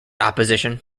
opposition